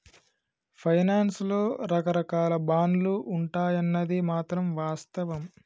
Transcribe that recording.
finance లో రకరాకాల బాండ్లు ఉంటాయన్నది మాత్రం వాస్తవం